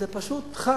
זה פשוט חארטה.